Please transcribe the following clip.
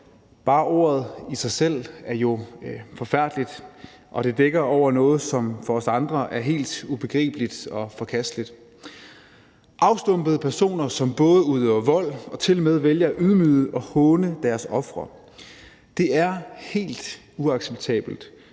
bare ordet i sig selv er jo forfærdeligt, og det dækker over noget, som for os andre er helt ubegribeligt og forkasteligt. At afstumpede personer både udøver vold og tilmed vælger at ydmyge og håne deres ofre er helt uacceptabelt,